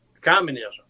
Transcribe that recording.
communism